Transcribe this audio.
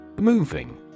Moving